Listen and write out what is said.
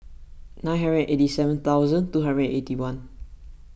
nine hundred eighty seven hundred two hundred eighty one